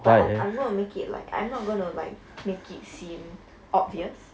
but I'm I'm going to make it like I'm not going to like make it seem obvious